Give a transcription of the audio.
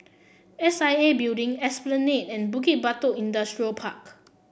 S I A Building Esplanade and Bukit Batok Industrial Park